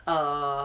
err